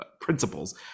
principles